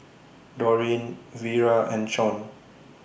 Dorine Vira and Shon